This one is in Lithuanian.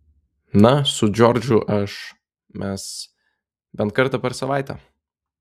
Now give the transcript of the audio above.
na su džordžu aš mes bent kartą per savaitę